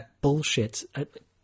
bullshit